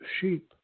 sheep